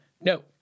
No